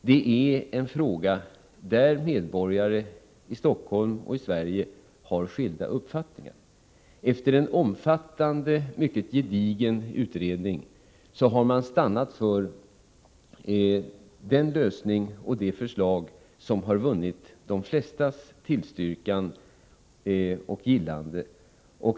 Det här är en fråga där medborgare i Stockholm och i hela Sverige har skilda uppfattningar. Efter en omfattande, mycket gedigen utredning har man stannat för det förslag till lösning som har vunnit de flestas tillstyrkan och gillande.